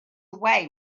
away